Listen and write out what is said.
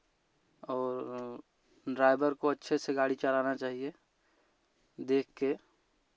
और ड्राइवर को अच्छे से गाड़ी चलाना चाहिए देख कर